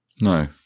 No